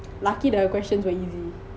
lucky the question were easy